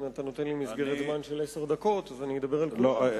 אם אתה נותן לי מסגרת זמן של עשר דקות אז אני אדבר על כולן.